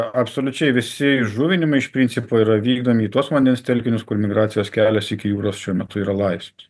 absoliučiai visi įžuvinimai iš principo yra vykdomi į tuos vandens telkinius kur migracijos kelias iki jūros šiuo metu yra laisvas